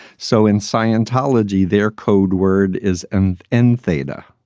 so in scientology, they're code word is and end theta.